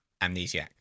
Amnesiac